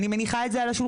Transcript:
אני מניחה את זה על השולחן,